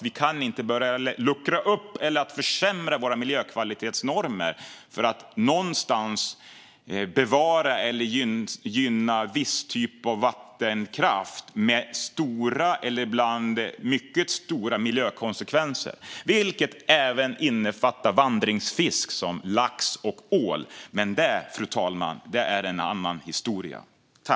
Vi kan inte börja luckra upp eller försämra våra miljökvalitetsnormer för att någonstans bevara eller gynna en viss typ av vattenkraft med stora eller ibland mycket stora miljökonsekvenser. Detta innefattar även vandringsfisk som lax och ål - men det, fru talman, är en annan historia.